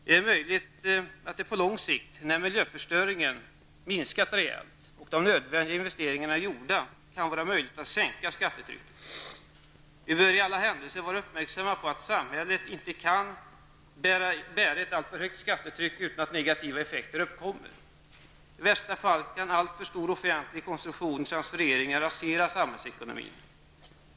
Det är möjligt att det på långt sikt, när miljöförstöringen minskat rejält och de nödvändiga investeringarna är gjorda, kan bli möjligt att sänka skattetrycket. Vi bör i alla händelser vara uppmärksamma på att samhället inte kan bära ett allför högt skattetryck utan att negativa effekter uppkommer. I värsta fall kan alltför stor offentlig konsumtion och transfereringar rasera samhällsekonomin.